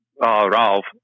Ralph